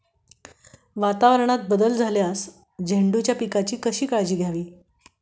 वातावरणात बदल झाल्यास झेंडूच्या पिकाची कशी काळजी घ्यावी?